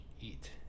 eat